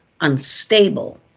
unstable